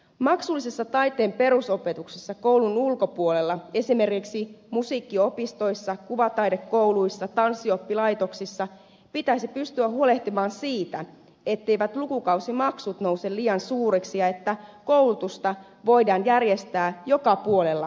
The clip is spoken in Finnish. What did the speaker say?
maksullisessa taiteen perusopetuksessa koulun ulkopuolella esimerkiksi musiikkiopistoissa kuvataidekouluissa tanssioppilaitoksissa pitäisi pystyä huolehtimaan siitä etteivät lukukausimaksut nouse liian suureksi ja että koulutusta voidaan järjestää joka puolella maata